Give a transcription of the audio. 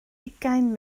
ugain